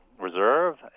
reserve